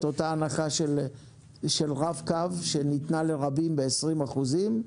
את אותה הנחה של רב-קו שניתנה לרבים ב-20 אחוזים,